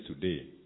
today